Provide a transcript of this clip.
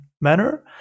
manner